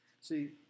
See